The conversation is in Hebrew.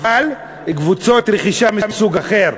אבל קבוצות רכישה מסוג אחר,